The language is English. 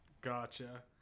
Gotcha